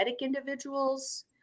individuals